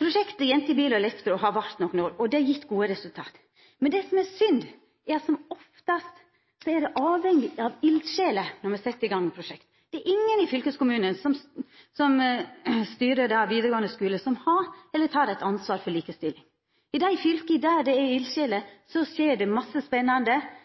Prosjektet «Jenter i bil og elektro» har vart nokre år, og det har gjeve gode resultat. Men det som er synd, er at ein som oftast er avhengig av eldsjeler når ein set i gang prosjekt. Det er ingen i fylkeskommunen som styrer vidaregåande skule, som har eller tek eit ansvar for likestillinga. I dei fylka der det er eldsjeler, skjer det mykje spennande. Der dei er meir tradisjonelle, skjer det